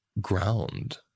ground